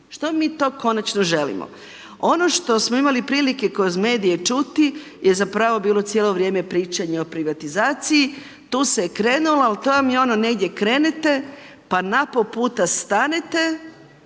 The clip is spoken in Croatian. Što mi to konačno želimo? ono što smo imali prilike kroz medije čuti je zapravo bilo cijelo vrijeme pričanje o privatizaciji, tu se krenulo, ali to vam je ono negdje krenete pa na pol puta stanete